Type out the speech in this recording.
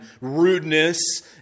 rudeness